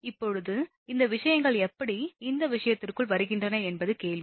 இப்போது இந்த விஷயங்கள் எப்படி இந்த விஷயத்திற்குள் வருகின்றன என்பது கேள்வி